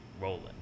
rolling